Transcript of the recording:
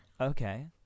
Okay